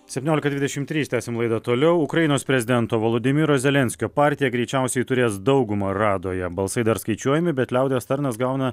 septyniolika dvidešim trys tęsiam laidą toliau ukrainos prezidento volodymyro zelenskio partija greičiausiai turės daugumą radoje balsai dar skaičiuojami bet liaudies tarnas gauna